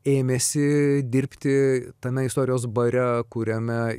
ėmėsi dirbti tame istorijos bare kuriame